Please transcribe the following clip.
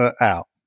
out